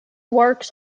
works